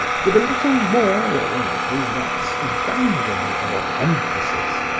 with a little more or a little less abandon or emphasis,